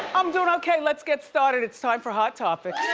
i'm doin' okay, let's get started. it's time for hot topics.